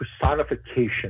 personification